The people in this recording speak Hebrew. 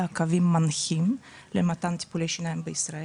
קווים מנחים למתן טיפולי שיניים בישראל.